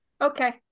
Okay